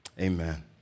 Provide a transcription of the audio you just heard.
Amen